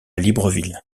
libreville